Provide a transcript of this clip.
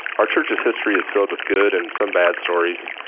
our church's history is filled with good and some bad stories.